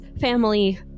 family